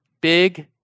Big